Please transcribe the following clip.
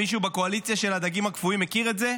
מישהו בקואליציה של הדגים הקפואים מכיר את זה?